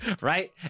Right